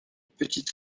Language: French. petite